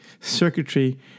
circuitry